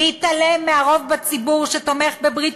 להתעלם מהרוב בציבור שתומך בברית